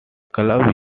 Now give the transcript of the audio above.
club